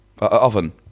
oven